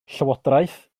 llywodraeth